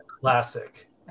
classic